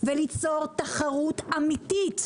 וליצור תחרות אמיתית